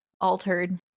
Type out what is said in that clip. altered